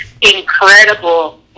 incredible